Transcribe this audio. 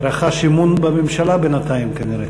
רחש אמון בממשלה בינתיים, כנראה.